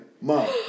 Mom